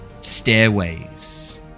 stairways